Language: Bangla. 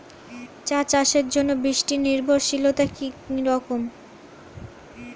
চা চাষের জন্য বৃষ্টি নির্ভরশীলতা কী রকম?